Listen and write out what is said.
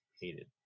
hated